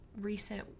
recent